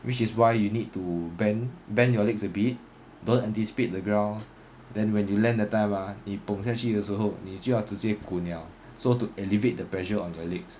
which is why you need to bend bend your legs a bit don't anticipate the ground then when you land that time ah 你 pom 下去的时候你就要直接滚 liao so to elevate the pressure on your legs